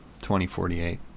2048